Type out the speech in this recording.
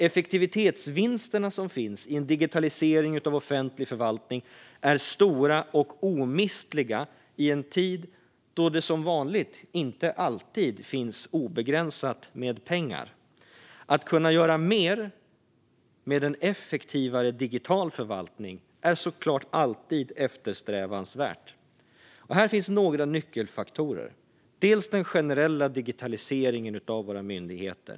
Effektivitetsvinsterna som finns i en digitalisering av offentlig förvaltning är stora och omistliga i en tid då det som vanligt inte alltid finns obegränsat med pengar. Att kunna göra mer med en effektivare digital förvaltning är såklart alltid eftersträvansvärt. Här finns några nyckelfaktorer. En är den generella digitaliseringen av våra myndigheter.